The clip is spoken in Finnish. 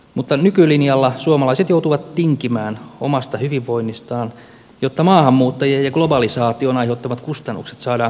mutta nykylinjalla suomalaiset joutuvat tinkimään omasta hyvinvoinnistaan jotta maahanmuuttajien ja globalisaation aiheuttamat kustannukset saadaan katettua